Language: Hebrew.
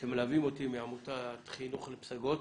שמלווים אותי מעמותת חינוך לפסגות,